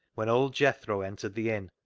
when old jethro entered the inn,